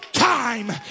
time